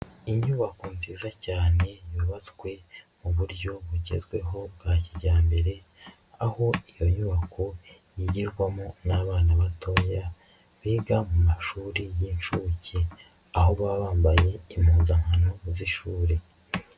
Inyubako nziza cyane yubatswe mu buryo bugezweho bwa kijyambere, aho iyo nyubako yigirwarwamo n'abana batoya biga mu mashuri y'inshuke, aho baba bambaye impuzankano z'ishuri.